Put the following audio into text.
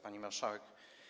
Pani Marszałek!